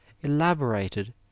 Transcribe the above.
elaborated